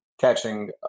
catching